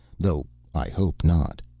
though i hope not.